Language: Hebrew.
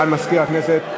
בבקשה, סגן מזכירת הכנסת.